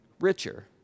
richer